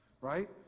right